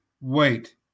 wait